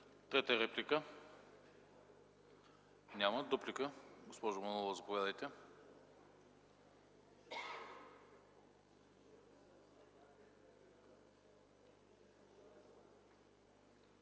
Трета реплика? Няма. Дуплика – госпожо Манолова, заповядайте.